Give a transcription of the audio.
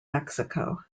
mexico